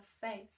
face